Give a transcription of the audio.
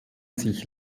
sich